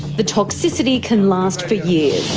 the toxicity can last for years.